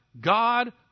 God